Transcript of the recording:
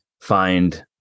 find